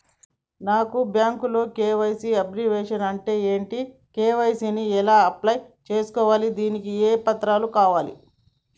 నాకు బ్యాంకులో KYC abbreviation అంటే ఏంటి కే.వై.సీ ని ఎలా అప్లై చేసుకోవాలి దానికి ఏ పత్రాలు కావాలి?